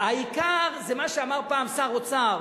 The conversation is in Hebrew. העיקר זה מה שאמר פעם שר אוצר,